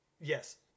Yes